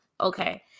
okay